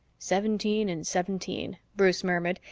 seventeen in seventeen, bruce murmured,